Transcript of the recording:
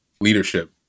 leadership